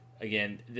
again